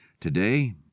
Today